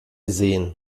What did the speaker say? sehen